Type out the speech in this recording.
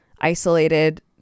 isolated